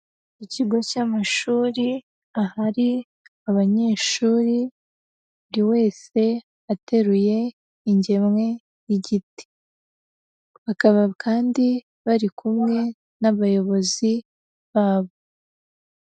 Ikigo cy'amashuri ahari abanyeshuri, buri wese ateruye ingemwe y'igiti, bakaba kandi bari kumwe n'abayobozi babo.